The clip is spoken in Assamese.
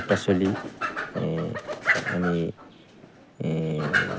শাক পাচলি আমি